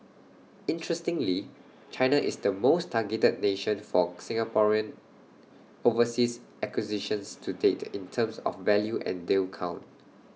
interestingly China is the most targeted nation for Singaporean overseas acquisitions to date in terms of value and deal count